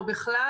או בכלל